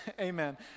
amen